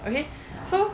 I mean so